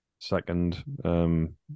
second